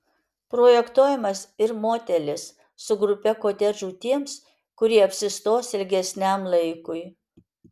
projektuojamas ir motelis su grupe kotedžų tiems kurie apsistos ilgesniam laikui